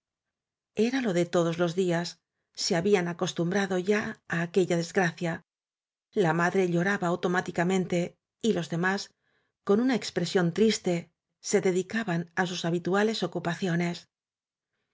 era lo de todos los días se habían acos tumbrado ya á aquella desgracia la madre lloraba automáticamente y los demás con una expresión triste se dedicaban á sus ha bituales ocupaciones